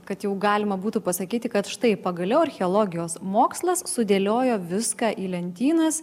kad jau galima būtų pasakyti kad štai pagaliau archeologijos mokslas sudėliojo viską į lentynas